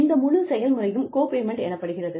இந்த முழு செயல்முறையும் கோ பேமென்ட் எனப்படுகிறது